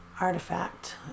artifact